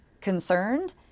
concerned